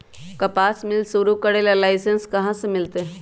कपास मिल शुरू करे ला लाइसेन्स कहाँ से मिल तय